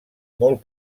molt